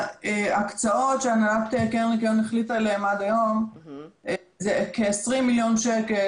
ההקצאות שהנהלת קרן הניקיון החליטה עליהן עד היום הן כ-20 מיליון שקל